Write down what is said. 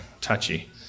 touchy